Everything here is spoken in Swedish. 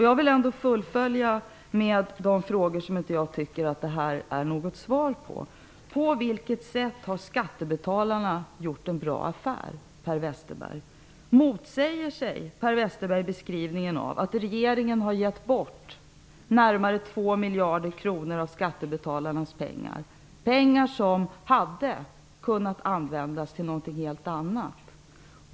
Jag vill fullfölja med frågor som jag tycker att jag inte fått något svar på. På vilket sätt har skattebetalarna gjort en bra affär? Motsäger sig Per Westerberg beskrivningen att regeringen har gett bort närmare 2 miljarder kronor av skattebetalarnas pengar, som hade kunnat användas till någonting helt annat?